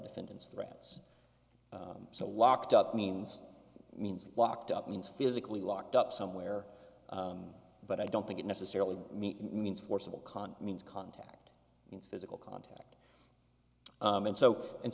defendant's threats so locked up means means locked up means physically locked up somewhere but i don't think it necessarily mean means forcible con means contact means physical contact and so and